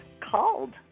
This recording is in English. called